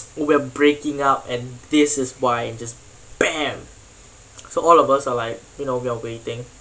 we're breaking up and this is why and just bam so all of us are like you know we're waiting